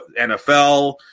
NFL